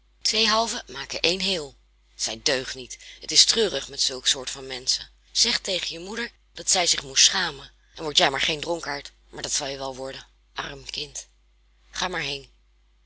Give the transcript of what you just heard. twee halve maken één heel zij deugt niet het is treurig met zulk soort van menschen zeg tegen je moeder dat zij zich moest schamen en word jij maar geen dronkaard maar dat zal je wel worden arm kind ga maar heen